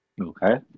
okay